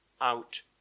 out